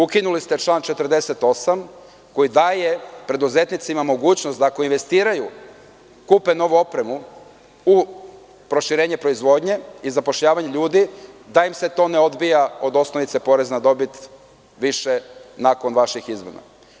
Ukinuli ste član 48, koji daje preduzetnicima mogućnost da ako investiraju, kupe novu opremu, u proširenje proizvodnje i zapošljavanje ljudi, da im se to ne odbija od osnovice poreza na dobit više nakon vaših izmena.